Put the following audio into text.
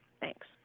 thanks